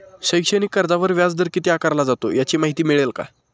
शैक्षणिक कर्जावर व्याजदर किती आकारला जातो? याची माहिती मिळेल का?